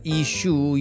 issue